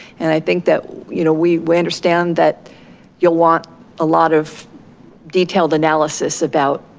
and i think that you know we we understand that you'll want a lot of detailed analysis about